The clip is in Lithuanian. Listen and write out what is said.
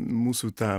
mūsų ta